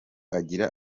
agira